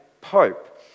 pope